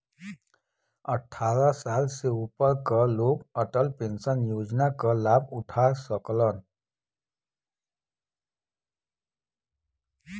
अट्ठारह साल से ऊपर क लोग अटल पेंशन योजना क लाभ उठा सकलन